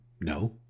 No